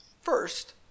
first